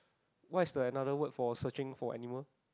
what is the another word for searching for animals